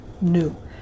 new